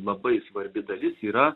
labai svarbi dalis yra